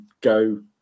go